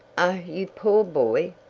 oh, you poor boy!